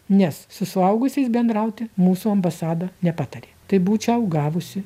nes su suaugusiais bendrauti mūsų ambasada nepatarė tai būčiau gavusi